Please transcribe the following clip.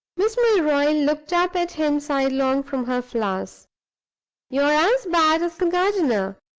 miss milroy looked up at him sidelong from her flowers you are as bad as the gardener,